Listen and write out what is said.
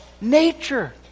nature